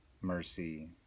mercy